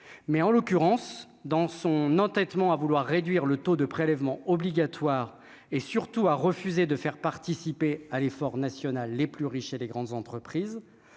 mais en l'occurrence dans son entêtement à vouloir réduire le taux de prélèvements obligatoires et, surtout, a refusé de faire participer à l'effort national, les plus riches et les grandes entreprises,